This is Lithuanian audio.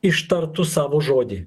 ištartų savo žodį